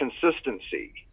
consistency